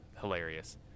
Hilarious